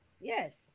yes